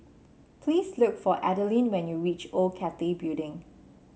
please look for Adalynn when you reach Old Cathay Building